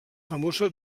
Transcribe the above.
famosa